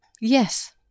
Yes